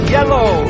Yellow